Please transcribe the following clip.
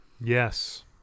Yes